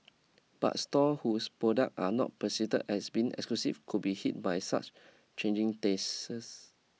but store whose product are not perceived as being exclusive could be hit by such changing tastes